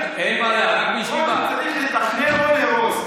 קודם צריך לתכנן או להרוס?